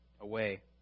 away